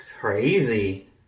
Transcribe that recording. crazy